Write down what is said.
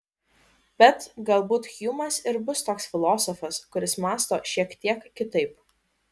bet galbūt hjumas ir bus toks filosofas kuris mąsto šiek tiek kitaip